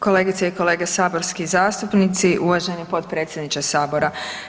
Kolegice i kolege saborski zastupnici, uvaženi potpredsjedniče Sabora.